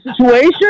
situation